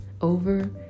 over